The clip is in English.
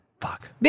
Fuck